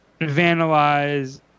vandalize